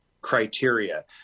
criteria